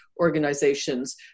organizations